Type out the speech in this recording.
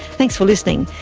thanks for listening.